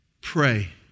pray